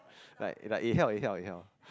like like it help it help it help